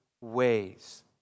ways